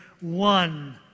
one